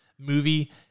movie